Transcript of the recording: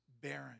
barren